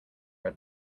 red